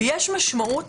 ויש משמעות,